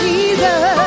Jesus